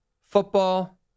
football